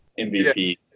MVP